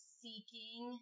seeking